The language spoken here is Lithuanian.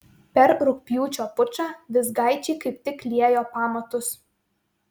per rugpjūčio pučą vizgaičiai kaip tik liejo pamatus